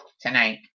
tonight